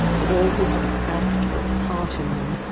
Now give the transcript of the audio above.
and all who had act or part in them,